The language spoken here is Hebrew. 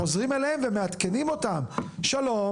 חוזרים אליהם ומעדכנים אותם: ״שלום,